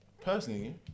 personally